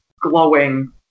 glowing